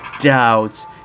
doubts